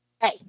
Hey